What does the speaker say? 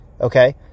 okay